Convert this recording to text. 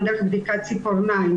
גם דרך בדיקות ציפורניים,